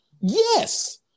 Yes